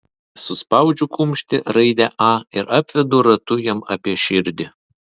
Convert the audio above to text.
suspaudžiu kumštį raidę a ir apvedu ratu jam apie širdį